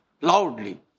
loudly